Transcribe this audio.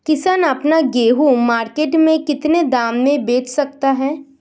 किसान अपना गेहूँ मार्केट में कितने दाम में बेच सकता है?